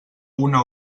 una